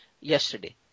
yesterday